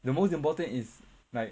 the most important is like